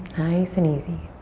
nice and easy.